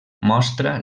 mostra